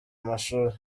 amashuri